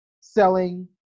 selling